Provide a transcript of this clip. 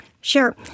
Sure